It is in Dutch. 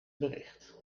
bericht